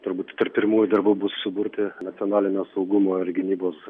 turbūt tarp pirmųjų darbų bus suburti nacionalinio saugumo ir gynybos